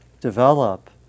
develop